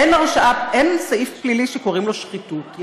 אין סעיף פלילי שקוראים לו שחיתות.